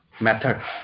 method